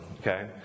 okay